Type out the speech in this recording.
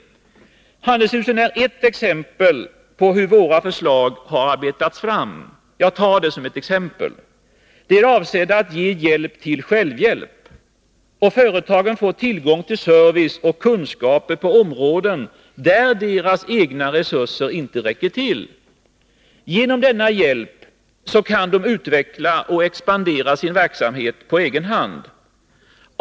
Handelshusen är ett exempel på hur våra förslag har arbetats fram. De är avsedda att ge hjälp till självhjälp. Företagen får tillgång till service och kunskaper på områden där deras egna resurser inte räcker till. Genom denna hjälp kan de utveckla och expandera sin verksamhet på egen hand.